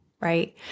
right